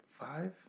five